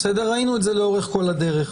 ראינו את זה לאורך כל הדרך.